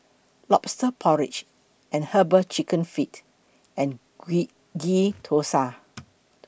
Lobster Porridge and Herbal Chicken Feet and Ghee Thosai